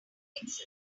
methods